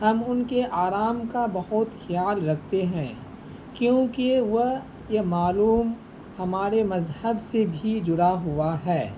ہم ان کے آرام کا بہت خیال رکھتے ہیں کیونکہ وہ یہ معلوم ہمارے مذہب سے بھی جڑا ہوا ہے